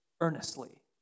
earnestly